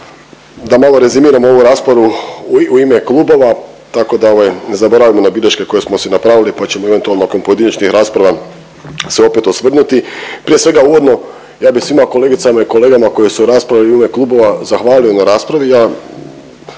da malo rezimiram ovu raspravu u ime klubova, tako da ovaj ne zaboravimo na bilješke koje smo si napravili, pa ćemo eventualno nakon pojedinačnih rasprava se opet osvrnuti. Prije svega uvodno ja bi svima kolegicama i kolegama koji su u raspravi u ime klubova zahvalio na raspravi.